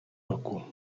roku